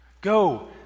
Go